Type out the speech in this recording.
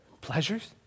pleasures